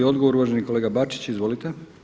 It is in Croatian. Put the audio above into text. Odgovor uvaženi kolega Bačić, izvolite.